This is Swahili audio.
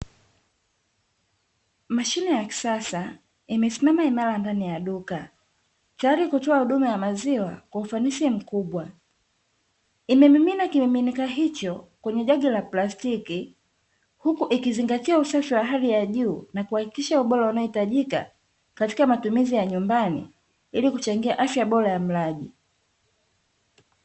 Mashine ya kisasa imesimama imara ndani ya duka, tayari kutoa huduma ya maziwa kwa ufanisi mkubwa. Imemimina kimiminika hicho kwenye jagi la plastiki, huku ikizingatia usafi wa hali ya juu na kuhakikisha ubora unaohitajika, katika matumizi ya nyumbani ili kuchangia afya bora ya mlaji.